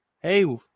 Hey